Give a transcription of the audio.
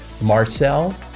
Marcel